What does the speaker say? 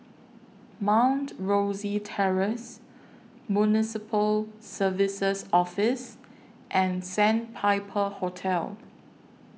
Mount Rosie Terrace Municipal Services Office and Sandpiper Hotel